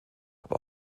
aber